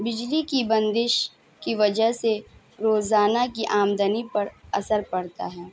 بجلی کی بندش کی وجہ سے روزانہ کی آمدنی پر اثر پڑتا ہے